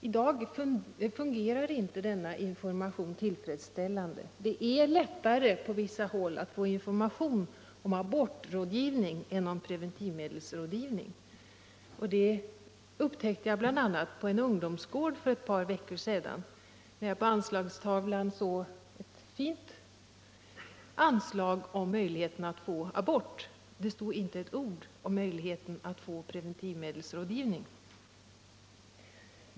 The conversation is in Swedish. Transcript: I dag fungerar inte denna information tillfredsställande. På vissa håll är det lättare att få information om abortrådgivning än om preventivmedelsrådgivning. Det upptäckte jag bl.a. på en ungdomsgård för ett par veckor sedan, när jag på anslagstavlan såg ett fint anslag om möjligheterna att få abort. Det stod inte ett ord om möjligheterna att få preventivmedelsrådgivning.